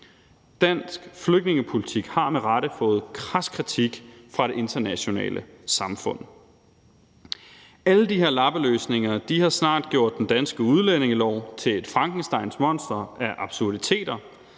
Dansk flygtningepolitik har med rette fået krads kritik fra det internationale samfund. Alle de her lappeløsninger har snart gjort den danske udlændingelov til et Frankensteinsmonster af absurditeter,